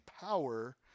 power